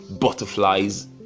butterflies